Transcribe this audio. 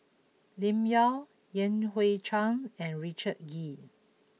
Lim Yau Yan Hui Chang and Richard Kee